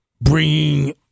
bringing